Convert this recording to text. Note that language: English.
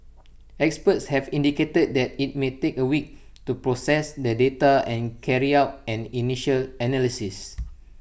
experts have indicated that IT may take A week to process the data and carry out an initial analysis